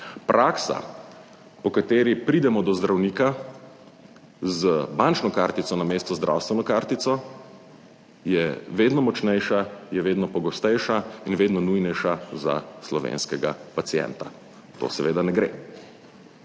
Praksa, po kateri pridemo do zdravnika z bančno kartico namesto zdravstveno kartico, je vedno močnejša, je vedno pogostejša in vedno nujnejša za slovenskega pacienta. To seveda ne gre.